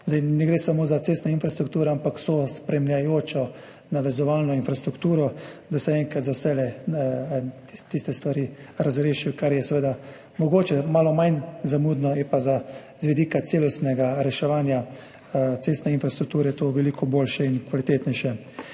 Ne gre samo za cestno infrastrukturo, ampak vso spremljajočo navezovalno infrastrukturo, da se enkrat za vselej tiste stvari razrešijo, kar je seveda mogoče malo zamudno, je pa za z vidika celostnega reševanja cestne infrastrukture to veliko boljše in kvalitetnejše.